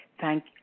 Thank